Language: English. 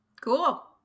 Cool